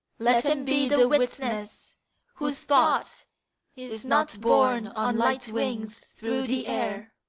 let him be the witness, whose thought is not borne on light wings thro' the air,